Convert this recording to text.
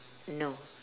no